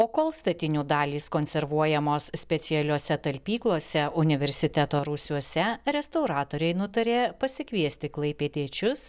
o kol statinių dalys konservuojamos specialiose talpyklose universiteto rūsiuose restauratoriai nutarė pasikviesti klaipėdiečius